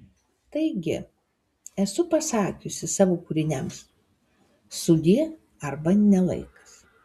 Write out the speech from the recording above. taigi esu pasakiusi savo kūriniams sudie arba ne laikas